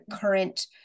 current